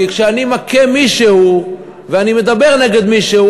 כי כשאני מכה מישהו ואני מדבר נגד מישהו,